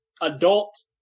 adult